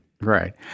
Right